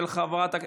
של חברת הכנסת,